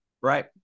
Right